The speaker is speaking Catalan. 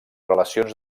relacions